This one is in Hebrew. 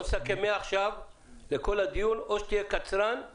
נסכם עכשיו שבכל הדיון או שתקצר או